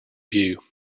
view